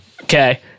Okay